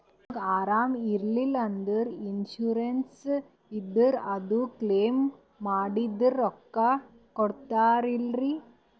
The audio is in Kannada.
ನಮಗ ಅರಾಮ ಇಲ್ಲಂದ್ರ ಇನ್ಸೂರೆನ್ಸ್ ಇದ್ರ ಅದು ಕ್ಲೈಮ ಮಾಡಿದ್ರ ರೊಕ್ಕ ಕೊಡ್ತಾರಲ್ರಿ?